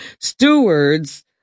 Stewards